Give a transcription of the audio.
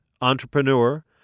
entrepreneur